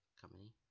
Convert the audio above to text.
company